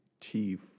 chief